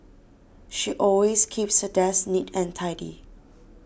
she always keeps her desk neat and tidy